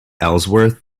ellsworth